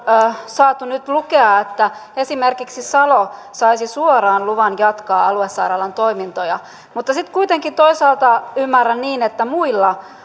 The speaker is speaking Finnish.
saatu nyt lukea että esimerkiksi salo saisi suoraan luvan jatkaa aluesairaalan toimintoja mutta sitten kuitenkin toisaalta ymmärrän niin että muilla